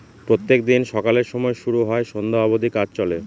প্রত্যেক দিন সকালের সময় শুরু হয় সন্ধ্যা অব্দি কাজ চলে